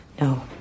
No